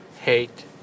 hate